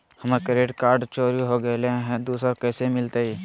हमर credit card चोरी हो गेलय हई, दुसर कैसे मिलतई?